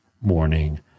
morning